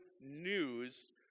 news